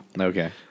Okay